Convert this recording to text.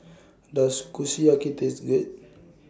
Does Kushiyaki Taste Good